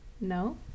no